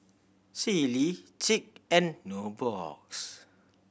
Sealy Schick and Nubox